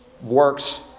works